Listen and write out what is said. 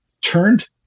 turned